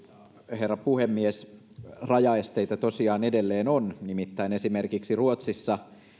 herra puhemies rajaesteitä tosiaan edelleen on nimittäin esimerkiksi ruotsissa